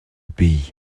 pays